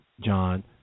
John